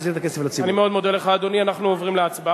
להחזיר את הכסף לרשות הציבור ולפגוע קצת